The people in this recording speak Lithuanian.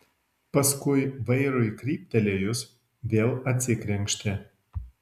paskui vairui kryptelėjus vėl atsikrenkštė